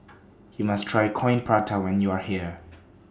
YOU must Try Coin Prata when YOU Are here